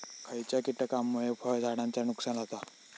खयच्या किटकांमुळे फळझाडांचा नुकसान होता?